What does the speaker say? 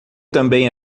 também